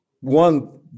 one